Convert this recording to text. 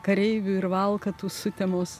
kareivių ir valkatų sutemos